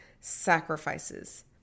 sacrifices